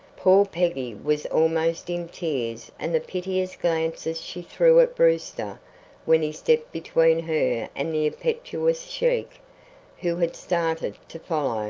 poor peggy was almost in tears and the piteous glances she threw at brewster when he stepped between her and the impetuous sheik, who had started to follow,